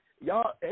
y'all